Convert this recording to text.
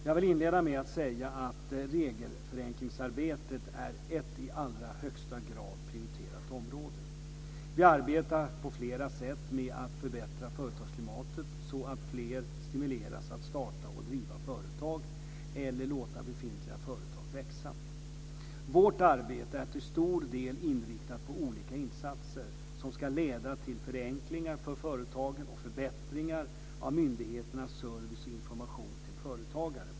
Jag vill inleda med att säga att regelförenklingsarbetet är ett i allra högsta grad prioriterat område. Vi arbetar på flera sätt med att förbättra företagsklimatet så att fler stimuleras att starta och driva företag eller låta befintliga företag växa. Vårt arbete är till stor del inriktat på olika insatser som ska leda till förenklingar för företagen och förbättringar av myndigheternas service och information till företagare.